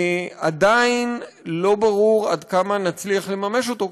עדיין לא ברור עד כמה נצליח לממש אותו,